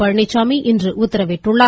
பழனிச்சாமி இன்று உத்தரவிட்டுள்ளார்